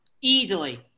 easily